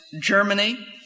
Germany